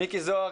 מיקי זוהר,